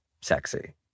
sexy